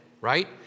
right